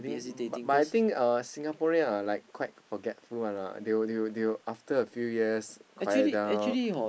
but I think uh Singaporean are like quite forgetful [one] lah they will they will they will after a few years they will quiet down